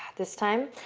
this time,